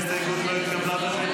ההסתייגות לא התקבלה.